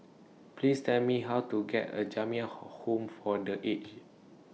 Please Tell Me How to get A Jamiyah Home For The Aged